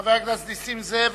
חבר הכנסת נסים זאב,